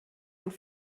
und